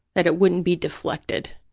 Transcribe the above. that it wouldn't be deflected,